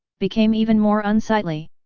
became even more unsightly.